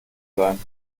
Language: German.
sein